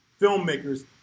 filmmakers